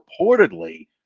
reportedly